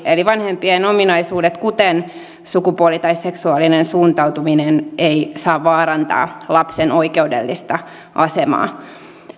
eli vanhempien ominaisuudet kuten sukupuoli tai seksuaalinen suuntautuminen eivät saa vaarantaa lapsen oikeudellista asemaa